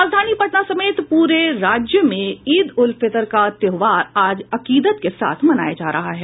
राजधानी पटना समेत पूरे राज्य में ईद उल फितर का त्योहार आज अकीदत के साथ मनाया जा रहा है